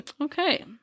Okay